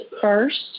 first